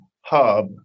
hub